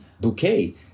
bouquet